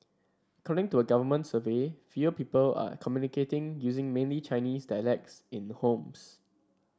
according to a government survey fewer people are communicating using mainly Chinese dialects in homes